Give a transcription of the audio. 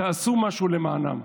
תעשו משהו למענם.